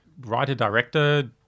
writer-director